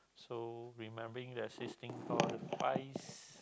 so remembering there's this thing call